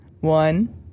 One